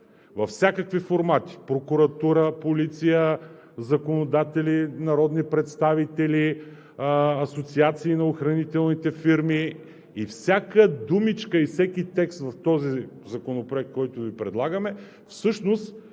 във всякакви формати – прокуратура, полиция, законодатели, народни представители, асоциации на охранителните фирми, и всяка думичка, и всеки текст в този законопроект, който Ви предлагаме, е резултат